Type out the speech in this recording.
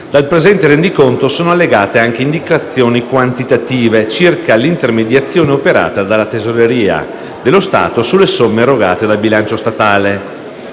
al presente rendiconto sono allegate anche indicazioni quantitative circa l'intermediazione operata dalla Tesoreria dello Stato sulle somme erogate dal bilancio statale.